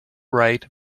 right